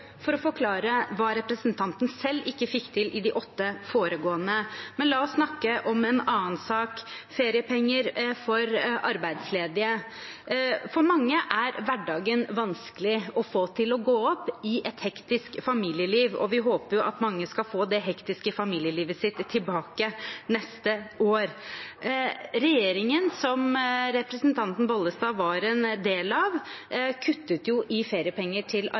for å forklare hva representanten selv ikke fikk til i de åtte foregående. Men la oss snakke om en annen sak: feriepenger for de arbeidsledige. For mange er hverdagen vanskelig å få til å gå opp i et hektisk familieliv, og vi håper at mange skal få det hektiske familielivet sitt tilbake neste år. Regjeringen som representanten Vervik Bollestad var en del av, kuttet i feriepenger til